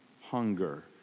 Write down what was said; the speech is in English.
hunger